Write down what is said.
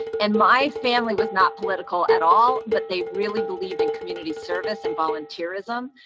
and my family was not political at all, but they really believed in community service and volunteerism.